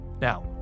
Now